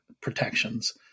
protections